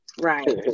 right